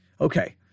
Okay